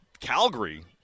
Calgary